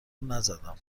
نزدم